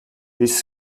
his